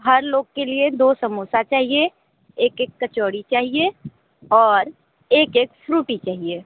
हर लोग के लिए दो समोसा चाहिए एक एक कचौड़ी चाहिए और एक एक फ्रूटी चाहिए